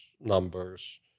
numbers